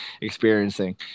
experiencing